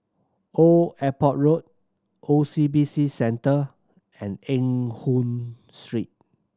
Old Airport Road O C B C Centre and Eng Hoon Street